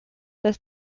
dass